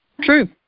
True